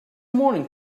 morning